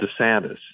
DeSantis